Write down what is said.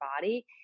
body